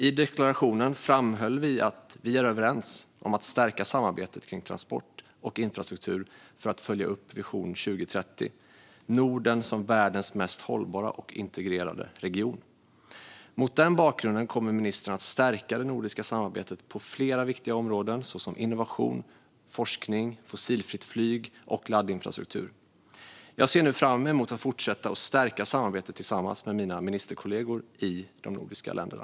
I deklarationen framhöll vi att vi är överens om att stärka samarbetet kring transport och infrastruktur för att följa upp Vision 2030 - Norden som världens mest hållbara och integrerade region. Mot den bakgrunden kommer ministrarna att stärka det nordiska samarbetet på flera viktiga områden såsom innovation, forskning, fossilfritt flyg och laddinfrastruktur. Jag ser nu fram emot att fortsätta och stärka samarbetet tillsammans med mina ministerkollegor i de nordiska länderna.